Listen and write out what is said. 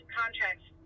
contracts